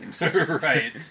Right